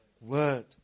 Word